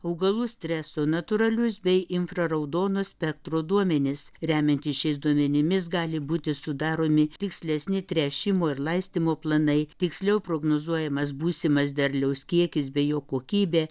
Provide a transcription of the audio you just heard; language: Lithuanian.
augalų streso natūralius bei infraraudono spektro duomenis remiantis šiais duomenimis gali būti sudaromi tikslesni tręšimo ir laistymo planai tiksliau prognozuojamas būsimas derliaus kiekis bei jo kokybė